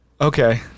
Okay